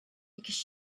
because